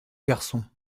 garçon